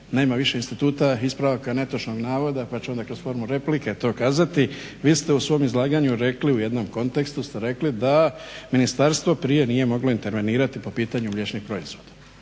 Nema više instituta ispravaka netočnog navoda pa ću onda kroz formu replike to kazati. Vi ste u svom izlaganju rekli, u jednom kontekstu ste rekli da ministarstvo prije nije moglo intervenirati po pitanju mliječnih proizvoda.